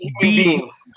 beings